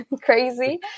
crazy